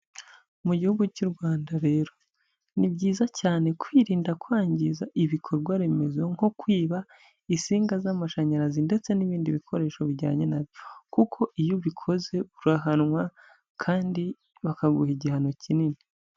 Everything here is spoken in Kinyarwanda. Mu gihugu cy'u Rwanda rero, ni byiza cyane kwirinda kwangiza ibikorwa remezo nko kwiba insinga z'amashanyarazi ndetse n'ibindi bikoresho bijyanye na byo, kuko iyo ubikoze urahanwa kandi bakaguha igihano kinini.